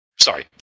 sorry